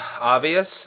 obvious